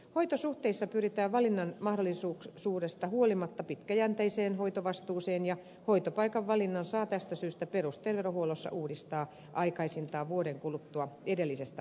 hoitosuhteissa pyritään valinnanmahdollisuudesta huolimatta pitkäjänteiseen hoitovastuuseen ja hoitopaikan valinnan saa tästä syystä perusterveydenhuollossa uudistaa aikaisintaan vuoden kuluttua edellisestä valinnasta